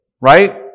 Right